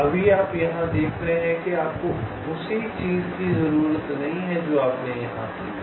अभी आप यहां देख रहे हैं कि आपको उसी चीज की जरूरत नहीं है जो आपने यहां की है